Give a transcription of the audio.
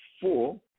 four